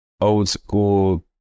old-school